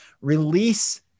release